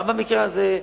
גם במקרה זה,